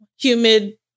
humid